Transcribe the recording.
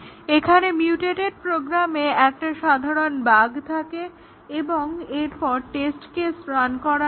একটা মিউটেটেড প্রোগ্রামে একটা সাধারণ বাগ্ থাকে এবং এরপর টেস্ট কেস রান করানো হয়